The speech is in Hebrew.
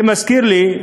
זה מזכיר לי,